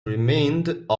remained